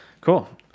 cool